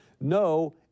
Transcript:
No